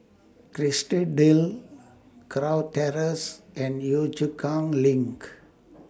Kerrisdale Kurau Terrace and Yio Chu Kang LINK